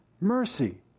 mercy